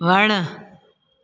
वणु